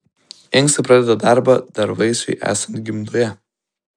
inkstai pradeda darbą dar vaisiui esant gimdoje